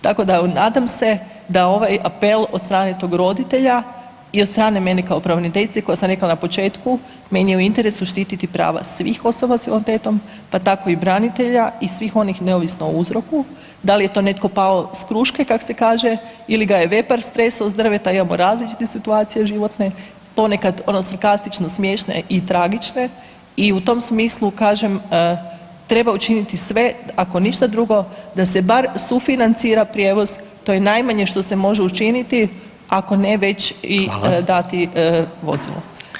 Tako da nadam se da ovaj apel od strane tog roditelja i od strane mene kao pravobraniteljice koja sam rekla na početku, meni je u interesu štititi prava svih osoba s invaliditetom, pa tako i branitelja i svih onih neovisno o uzroku, da li je to netko pao s kruške kako se kaže ili ga je vepar stresao sa drveta, imamo različitih situacija životnih, ponekad ono sarkastično smiješne i tragične i u tom smislu kažem treba učiniti sve, ako ništa drugo da se bar sufinancira prijevoz to je najmanje što se može učiniti, ako ne već i dati [[Upadica: Hvala.]] vozilo.